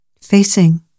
facing